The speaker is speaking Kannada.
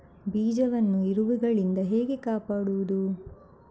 ಬೀಜವನ್ನು ಇರುವೆಗಳಿಂದ ಹೇಗೆ ಕಾಪಾಡುವುದು?